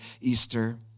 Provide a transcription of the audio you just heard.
Easter